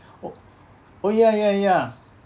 o~ oh ya ya ya